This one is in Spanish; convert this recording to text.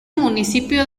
municipio